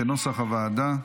כנוסח הוועדה.